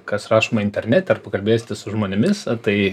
kas rašoma internete ar pakalbėsite su žmonėmis na tai